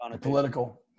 political